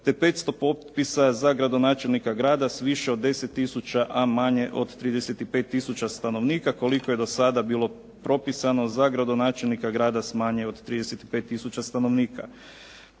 te 500 potpisa za gradonačelnika grada s više od 10 tisuća, a manje od 35 tisuća stanovnika koliko je do sada bilo propisano za gradonačelnika grada s manje od 35 tisuća stanovnika.